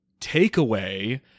takeaway